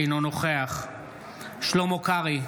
אינו נוכח שלמה קרעי,